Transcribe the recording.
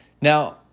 Now